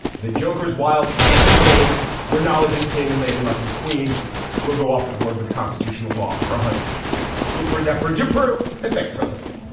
the joker's wild is a game where knowledge is king and lady luck is queen will go off the board with constitutional law for a hundred um for desperate to prove. and thanks for listening